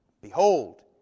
Behold